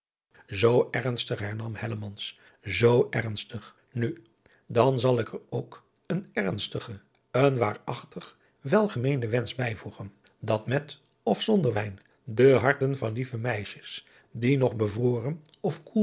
zoo ernstig hernam hellemans zoo ernstig nu dan zal ik er ook een ernstigen een waarachtig welgemeenden wensch bijvoegen dat met of zonder wijn de adriaan loosjes pzn het leven van hillegonda buisman harten van lieve meisjes die nog bevroren of